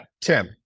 Tim